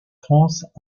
france